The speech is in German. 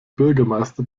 bürgermeister